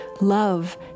Love